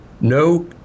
no